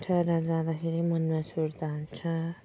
टाढा जाँदाखेरि मनमा सुर्ता हुन्छ